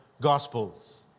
Gospels